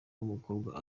w’umukobwa